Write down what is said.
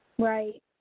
Right